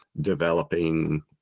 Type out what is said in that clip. developing